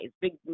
big